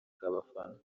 abafana